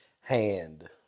Hand